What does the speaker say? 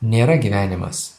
nėra gyvenimas